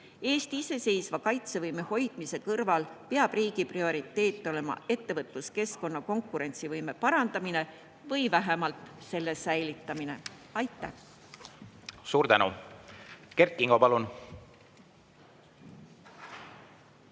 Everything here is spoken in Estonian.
Eesti iseseisva kaitsevõime hoidmise kõrval peab riigi prioriteet olema ettevõtluskeskkonna konkurentsivõime parandamine või vähemalt selle säilitamine. Aitäh! Suur tänu! Kert Kingo, palun!